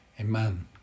Amen